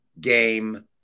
Game